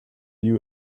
you